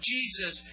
Jesus